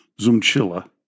Zumchilla